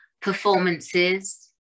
performances